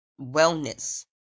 wellness